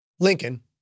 Lincoln